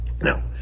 Now